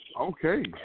Okay